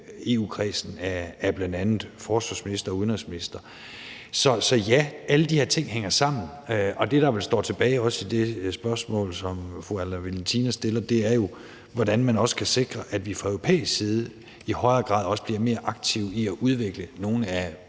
EU-kredsen af bl.a. forsvarsministre og udenrigsministre. Så ja, alle de her ting hænger sammen, og det, der vel står tilbage – også i det spørgsmål, som fru Anne Valentina Berthelsen stiller – er jo, hvordan man kan sikre, at vi også fra europæisk side i højere grad bliver mere aktive i at udvikle nogle af